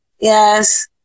Yes